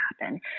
happen